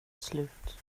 slut